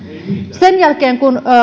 sen jälkeen kun